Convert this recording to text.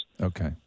Okay